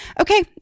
Okay